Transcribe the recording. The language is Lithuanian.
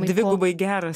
dvigubai geras